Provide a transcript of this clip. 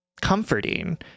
comforting